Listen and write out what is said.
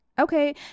okay